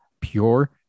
pure